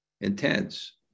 intense